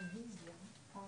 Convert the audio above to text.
אנחנו דנים ברוויזיה על